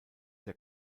der